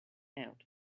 out